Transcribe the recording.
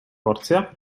porcja